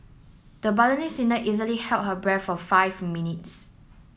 the singer easily held her breath for five minutes